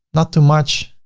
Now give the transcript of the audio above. not too much.